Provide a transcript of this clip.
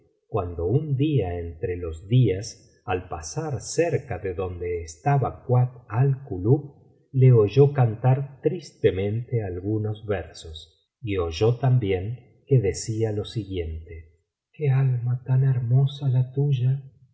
cuando un día entre los días al pasar cerca de donde estaba kuat al kulub le oyó cantar tristemente algunos versos y oyó también que decía jo siguien historia de ghanem y